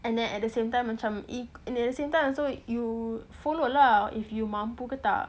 and then at the same time macam in at the same time you so you follow lah if you mampu ke tak betul tak